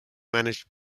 managed